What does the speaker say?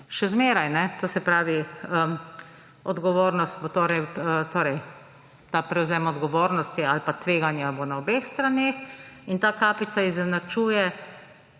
še zmeraj … To se pravi odgovornost, ta prevzem odgovornosti ali pa tveganja bo na obeh straneh in ta kapica izenačuje